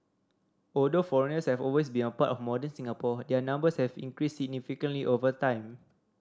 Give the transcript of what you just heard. although foreigners have always been a part of modern Singapore their numbers have increased significantly over time